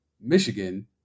Michigan